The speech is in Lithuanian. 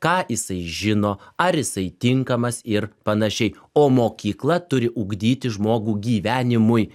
ką jisai žino ar jisai tinkamas ir panašiai o mokykla turi ugdyti žmogų gyvenimui